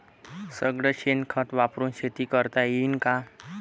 सगळं शेन खत वापरुन शेती करता येईन का?